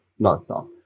nonstop